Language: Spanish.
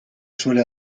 suele